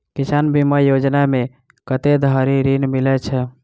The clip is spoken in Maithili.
किसान बीमा योजना मे कत्ते धरि ऋण मिलय छै?